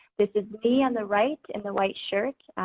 this is me on the right, in the white shirt.